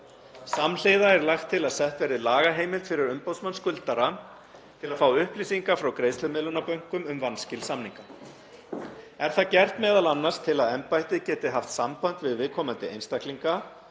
Samhliða er lagt til að sett verði lagaheimild fyrir umboðsmann skuldara til að fá upplýsingar frá greiðslumiðlunarbönkum um vanskil samninga. Er það gert meðal annars til að embættið geti haft samband við viðkomandi einstaklinga